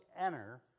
enter